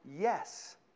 Yes